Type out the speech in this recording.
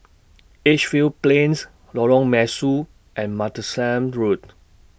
Edgefield Plains Lorong Mesu and Martlesham Road